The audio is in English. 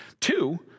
Two